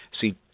See